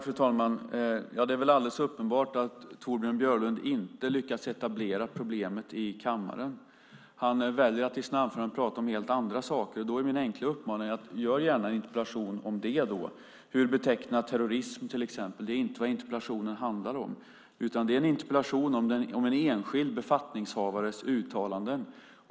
Fru talman! Ja, det är väl alldeles uppenbart att Torbjörn Björlund inte lyckas etablera problemet i kammaren. Han väljer att prata om helt andra saker. Då är min enkla uppmaning: Skriv gärna en interpellation om det då, till exempel hur vi betecknar terrorism. Det är inte vad interpellationen handlar om, utan det är en interpellation om en enskild befattningshavares uttalanden.